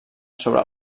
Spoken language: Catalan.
sobre